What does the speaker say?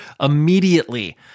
immediately